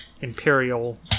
imperial